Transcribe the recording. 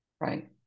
right